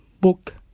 book